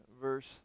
verse